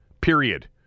period